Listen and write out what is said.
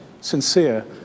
sincere